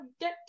get